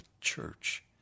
church